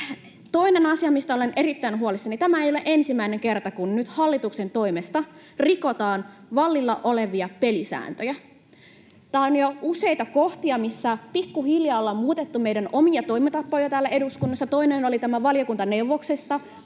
Toinen asia, mistä olen erittäin huolissani: tämä ei ole ensimmäinen kerta, kun nyt hallituksen toimesta rikotaan vallalla olevia pelisääntöjä. Tässä on jo useita kohtia, missä pikkuhiljaa ollaan muutettu meidän omia toimintatapoja täällä eduskunnassa. Toinen oli tämä valiokuntaneuvoksesta